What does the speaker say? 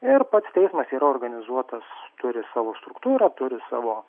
ir pats teismas yra organizuotas turi savo struktūrą turi savo